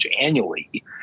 annually